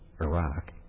Iraq